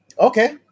Okay